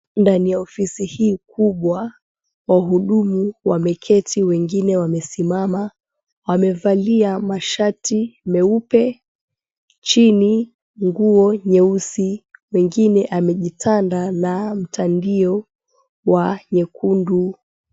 Ndani ya ofisi hii kubwa wauguzi wameketi wengine wakiwa wamesimama na wamevalia shati nyeupe chini nguo nyeusi mwengine amejitanda mtandio wa nyekundu.